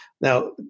Now